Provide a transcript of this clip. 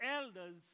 elders